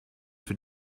für